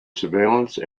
surveillance